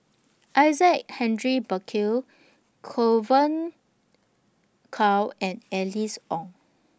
Isaac Henry Burkill Kow and Alice Ong